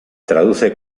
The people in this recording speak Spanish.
traduce